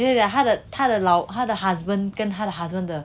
等一下等下她的老公他的 husband 跟他的 husband